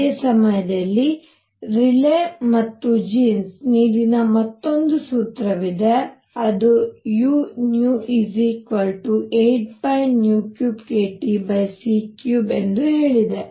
ಅದೇ ಸಮಯದಲ್ಲಿ ರೇಲೀ ಮತ್ತು ಜೀನ್ಸ್ ನೀಡಿದ ಮತ್ತೊಂದು ಸೂತ್ರವಿದೆ ಅದುu8π3kTc3 ಎಂದು ಹೇಳಿದೆ